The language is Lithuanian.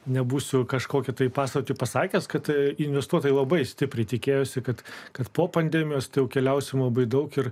nebūsiu kažkokia tai pasakoti pasakęs kad investuotojai labai stipriai tikėjosi kad kad po pandemijos jau keliausime labai daug ir